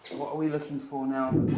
what we're looking for. and um